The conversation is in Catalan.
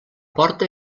porta